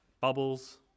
Bubbles